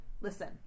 listen